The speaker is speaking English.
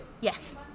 Yes